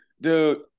Dude